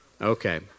Okay